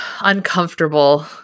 uncomfortable